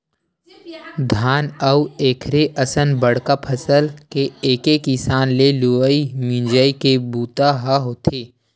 धान अउ एखरे असन बड़का फसल के एके किसम ले लुवई मिजई के बूता ह होथे